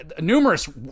numerous